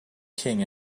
king